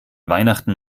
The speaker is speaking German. weihnachten